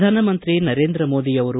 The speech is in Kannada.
ಪ್ರಧಾನಮಂತ್ರಿ ನರೇಂದ್ರ ಮೋದಿ ಅವರು